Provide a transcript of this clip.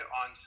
on